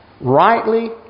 rightly